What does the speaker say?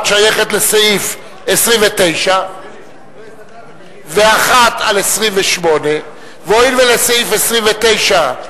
שהן היו הסתייגויות גם לסעיף 28 וגם לסעיף 29: